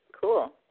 Cool